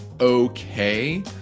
okay